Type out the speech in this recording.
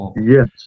Yes